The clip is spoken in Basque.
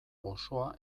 osoa